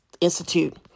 Institute